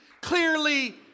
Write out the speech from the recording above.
clearly